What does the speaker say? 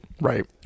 Right